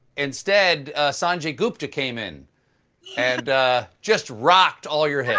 instead, sanjay gupta came in and just rocked all your